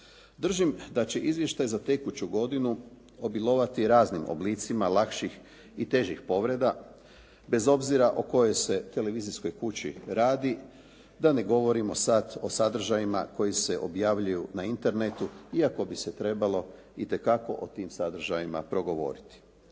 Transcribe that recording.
Držim da će izvještaj za tekuću godinu obilovati raznim oblicima lakših i težih povreda bez obzira o kojoj se televizijskoj kući radi. Da ne govorimo sad o sadržajima koji se objavljuju na internetu iako bi se trebalo itekako o tim sadržajima progovoriti.